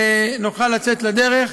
ונוכל לצאת לדרך,